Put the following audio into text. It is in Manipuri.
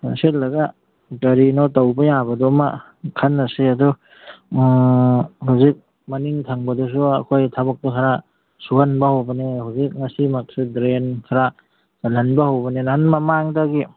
ꯄꯨꯟꯁꯤꯜꯂꯒ ꯀꯔꯤꯅꯣ ꯇꯧꯕ ꯌꯥꯕꯗꯨ ꯑꯃ ꯈꯟꯅꯁꯤ ꯑꯗꯨ ꯍꯧꯖꯤꯛ ꯃꯅꯤꯡ ꯊꯪꯕꯗꯁꯨ ꯑꯩꯈꯣꯏ ꯊꯕꯛꯇꯨ ꯈꯔ ꯁꯨꯍꯟꯕ ꯍꯧꯕꯅꯦ ꯍꯧꯖꯤꯛ ꯉꯁꯤꯃꯛꯁꯨ ꯗ꯭ꯔꯦꯟ ꯈꯔ ꯆꯜꯍꯟꯕ ꯍꯧꯕꯅꯦ ꯅꯍꯥꯟ ꯃꯃꯥꯡꯗꯒꯤ